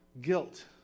guilt